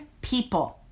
people